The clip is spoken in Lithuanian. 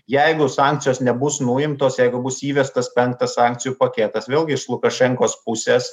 jeigu sankcijos nebus nuimtos jeigu bus įvestas penktas akcijų paketas vėlgi iš lukašenkos pusės